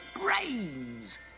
brains